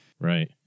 Right